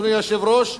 אדוני היושב-ראש,